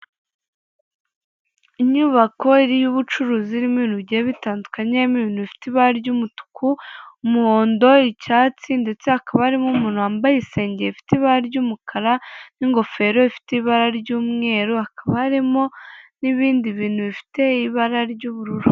Inyubako y'ubucuruzi irimo ibintu bigiye bitandukanye harimo ibintu bifite ibara ry'umutuku, umuhondo, n'icyatsi, ndetse hakaba harimo umuntu wambaye isengeri ifite ibara ry'umukara n'ingofero ifite ibara ry'umweru, hakaba harimo n'ibindi bintu bifite ibara ry'ubururu.